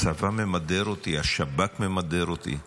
הצבא ממדר אותי, השב"כ ממדר אותי.